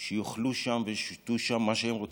שיאכלו שם וישתו שם מה שהם רוצים.